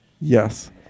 Yes